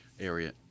area